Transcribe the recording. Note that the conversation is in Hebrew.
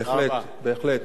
בהחלט, בהחלט.